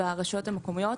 ברשויות המקומיות,